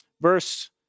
verse